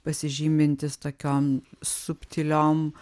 pasižymintis tokiom subtiliom